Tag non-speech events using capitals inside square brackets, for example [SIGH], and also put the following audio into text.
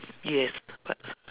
yes [NOISE]